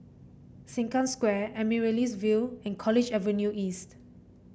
Sengkang Square Amaryllis Ville and College Avenue East